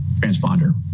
transponder